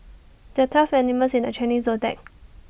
there're twelve animals in the Chinese Zodiac